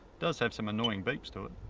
does have some annoying beeps to it.